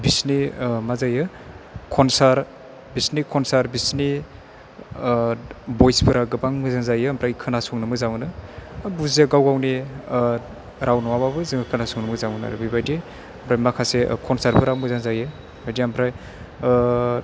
बिसिनि मा जायो खनसार्ट बिसोरनि खनसार्ट बिसोरनि बयसफोरा गोबां मोजां जायो ओमफ्रायो खोनासंनो मोजां मोनो हा बुजिया गाव गावनि राव नङाबाबो जोङो खोनासंनो मोजां मोनो आरो बेबायदि दा माखासे खनसारफोरा मोजां जायो बेबायदि ओमफ्राय